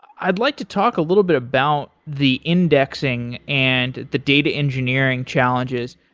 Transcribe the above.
i'd like to talk a little bit about the indexing and the data engineering challenges.